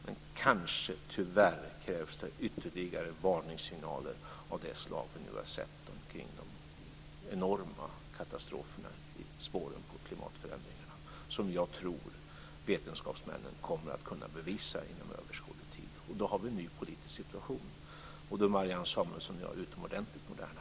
Men kanske krävs det tyvärr ytterligare varningssignaler av det slag vi nu har sett när det gäller de enorma katastroferna i spåren av de klimatförändringar som jag tror att vetenskapsmännen kommer att kunna bevisa inom överskådlig tid. Då har vi en ny politisk situation. Och då är Marianne Samuelsson och jag utomordentligt moderna.